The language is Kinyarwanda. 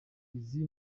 izi